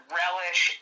relish